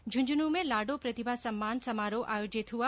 झुन्झुन् में लाडो प्रतिभा सम्मान समारोह आयोजित हुआ